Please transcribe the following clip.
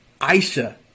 Aisha